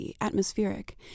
atmospheric